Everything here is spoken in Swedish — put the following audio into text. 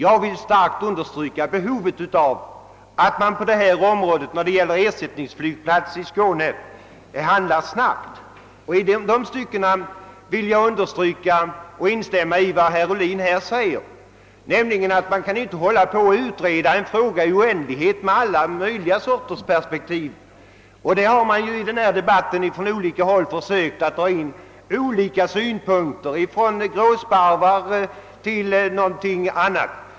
Jag vill starkt understryka behovet av att man när det gäller ersättningsflygplats i Skåne handlar snabbt. I dessa stycken vill jag understryka och instämma i vad herr Ohlin här säger, nämligen att man inte i oändlighet kan hålla på att utreda en fråga med alla olika perspektiv för ögonen. Under denna debatt har man försökt att lägga in skilda synpunkter alltifrån gråsparvar till någonting annat.